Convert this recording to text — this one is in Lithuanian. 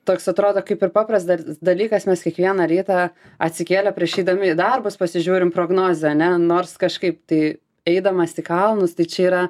toks atrodo kaip ir papras dar dalykas mes kiekvieną rytą atsikėlę prieš eidami į darbus pasižiūrim prognozę ane nors kažkaip tai eidamas į kalnus tai čia yra